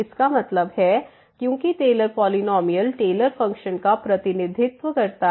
इसका मतलब है क्योंकि टेलर पॉलिनॉमियल टेलर फ़ंक्शन का प्रतिनिधित्व करता है